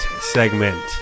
segment